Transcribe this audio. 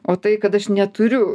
o tai kad aš neturiu